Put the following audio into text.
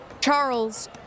Charles